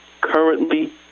currently